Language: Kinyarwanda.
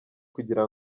kugira